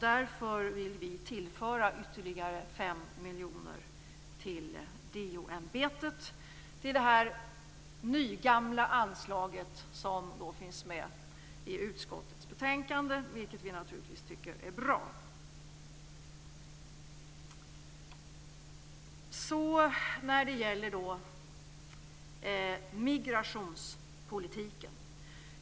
Därför vill vi tillföra ytterligare 5 miljoner till DO-ämbetet till det nygamla anslag som finns med i utskottets betänkande. Det tycker vi naturligtvis är bra. Så till migrationspolitiken.